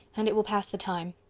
and it will pass the time.